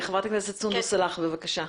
חברת הכנסת סונדוס סאלח, בבקשה.